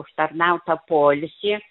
užtarnautą poilsį